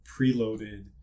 preloaded